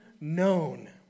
known